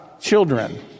children